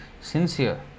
sincere